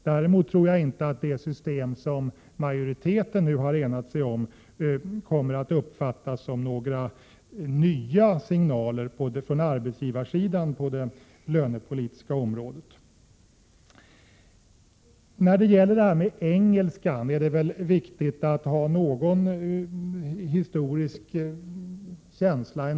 Däremot tror jag inte att det system som majoriteten nu har enats om kommer att uppfattas såsom några nya signaler från arbetsgivarsidan på det lönepolitiska området. När det gäller engelska är det viktigt att ändå ha någon historisk känsla.